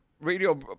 radio